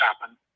happen